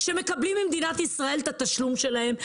שמקבלים ממדינת ישראל את התשלום שלהם,